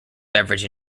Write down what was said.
beverage